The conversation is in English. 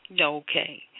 Okay